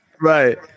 Right